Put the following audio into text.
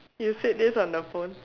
you said this on the phone